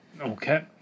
Okay